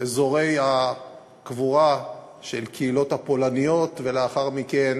אזורי הקבורה של הקהילות הפולניות ולאחר מכן